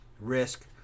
risk